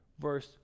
verse